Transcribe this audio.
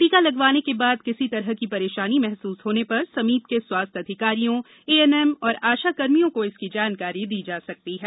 टीका लगवाने के बाद किसी तरह की परेशानी महसूस होने पर समीप के स्वास्थ्य अधिकारियों एएनएम और आशाकर्मियों को इसकी जानकारी दी जा सकती है